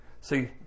See